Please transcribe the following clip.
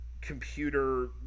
computer